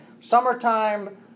summertime